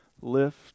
Lift